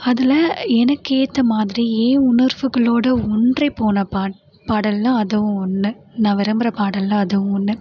அதில் எனக்கு ஏற்ற மாதிரி என் உணர்வுகளோடு ஒன்றி போன பாட் பாடல்னால் அதுவும் ஒன்று நான் விரும்புகிற பாடல்ல அதுவும் ஒன்று